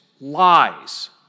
lies